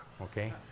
Okay